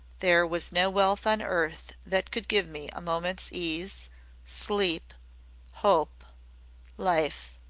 there was no wealth on earth that could give me a moment's ease sleep hope life.